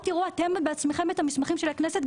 תראו אתם בעצמכם את המסמכים של הכנסת,